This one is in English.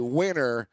winner